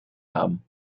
haben